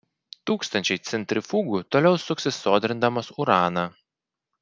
tūkstančiai centrifugų toliau suksis sodrindamos uraną